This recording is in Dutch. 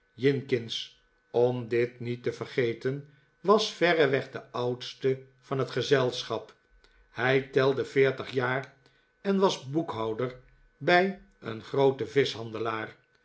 jinkins om dit niet te vergeten was verreweg de oudste van het gezelschap hij telde veertig jaar en was boekhouder bij een grooten